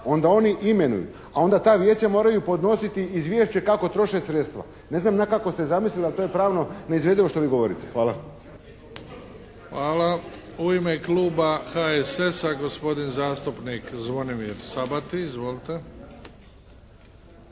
onda oni imenuju. A onda ta vijeća moraju podnositi izvješće kako troše sredstva. Ne znam na kako ste zamislili, ali to je pravno neizvedivo što vi govorite. Hvala. **Bebić, Luka (HDZ)** Hvala. U ime kluba HSS-a, gospodin zastupnik Zvonimir Sabati. Izvolite.